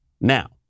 Now